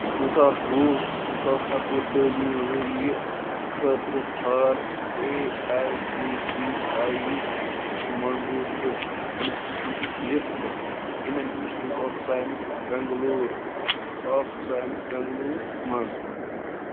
زٕ ساس وُہ زٕ ساس اَکہٕ وُہ تٲلیٖمی ؤریہِ خٲطرٕ ژھار A I C T E یُک منظوٗر شُدٕ اِنَسٹِٹیوٗٹُک list Indian institute of science Bangalore of science Bangalore مَنٛز